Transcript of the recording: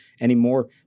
anymore